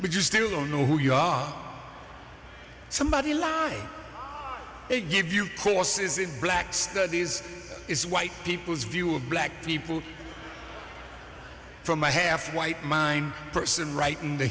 but you still don't know who you are somebody lined up to give you courses in black studies is white people's view of black people from my half white mine person right in the